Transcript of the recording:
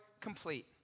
complete